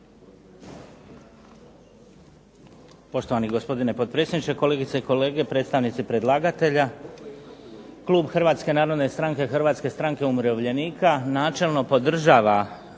Poštovani gospodine potpredsjedniče, kolegice i kolege, predstavnici predlagatelja. Klub Hrvatske narodne stranke Hrvatske stranke umirovljenika načelno podržava